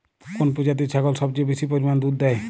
কোন প্রজাতির ছাগল সবচেয়ে বেশি পরিমাণ দুধ দেয়?